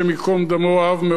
אהב מאוד שירה,